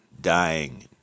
dying